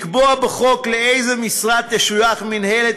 לקבוע בחוק לאיזו משרה תשויך מינהלת